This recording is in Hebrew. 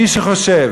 מי שחושב